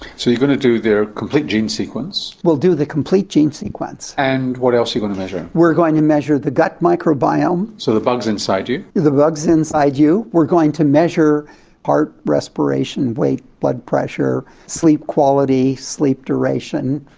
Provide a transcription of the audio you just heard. so you're going to do their complete gene sequence? we'll do the complete gene sequence. and what else are you going to measure? we're going to measure the gut microbiome. so the bugs inside you? the the bugs inside you. we're going to measure heart, respiration, weight, blood pressure, sleep quality, sleep duration,